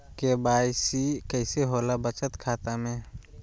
KYC कैसे होला बचत खाता में?